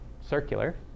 circular